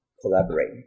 collaborate